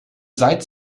seit